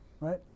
Right